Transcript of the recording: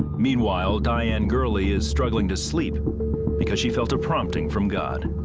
meanwhile, diane girlie is struggling to sleep because she felt a prompting from god.